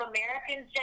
Americans